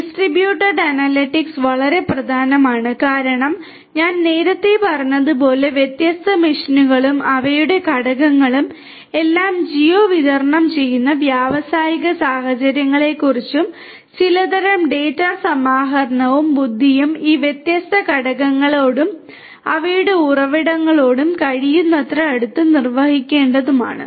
distributed analytics വളരെ പ്രധാനമാണ് കാരണം ഞാൻ നേരത്തെ പറഞ്ഞതുപോലെ വ്യത്യസ്ത മെഷീനുകളും അവയുടെ ഘടകങ്ങളും എല്ലാം ജിയോ വിതരണം ചെയ്യുന്ന വ്യാവസായിക സാഹചര്യങ്ങളെക്കുറിച്ചും ചിലതരം ഡാറ്റ സമാഹരണവും ബുദ്ധിയും ഈ വ്യത്യസ്ത ഘടകങ്ങളോടും അവയുടെ ഉറവിടങ്ങളോടും കഴിയുന്നത്ര അടുത്ത് നിർവഹിക്കേണ്ടതുമാണ്